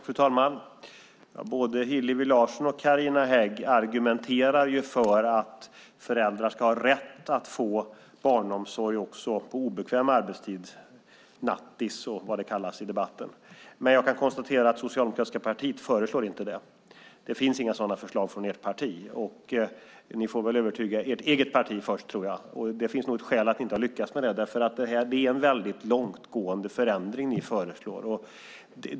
Fru talman! Både Hillevi Larsson och Carina Hägg argumenterar för att föräldrar ska ha rätt att få barnomsorg också på obekväm arbetstid, alltså nattis och vad det kallas i debatten. Jag kan dock konstatera att Socialdemokraterna inte föreslår det. Det finns inga sådana förslag från ert parti. Ni får övertyga ert eget parti först, och det finns nog ett skäl till att ni inte har lyckats med det: Det är en väldigt långtgående förändring ni föreslår.